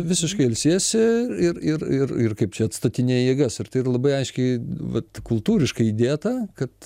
visiškai ilsiesi ir ir ir ir kaip čia atstatinėji jėgas ir tai labai aiškiai vat kultūriškai įdėta kad